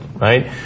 right